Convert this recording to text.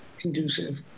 conducive